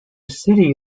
city